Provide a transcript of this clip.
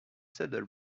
settled